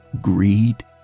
greed